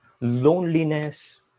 loneliness